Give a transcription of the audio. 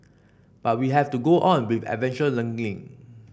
but we have to go on with adventure learning